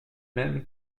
mêmes